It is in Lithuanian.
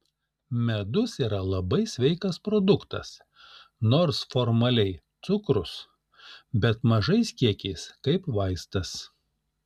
medus yra labai sveikas produktas nors formaliai cukrus bet mažais kiekiais kaip vaistas